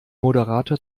moderator